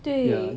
对